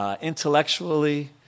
Intellectually